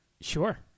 Sure